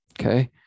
Okay